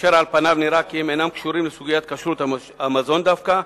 אשר על פניו נראה כי הם אינם קשורים לסוגיית כשרות המזון דווקא,